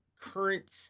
current